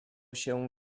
się